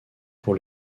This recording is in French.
pour